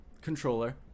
controller